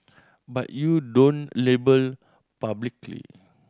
but you don't label publicly